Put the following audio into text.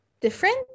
different